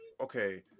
okay